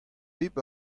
pep